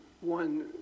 one